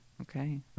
Okay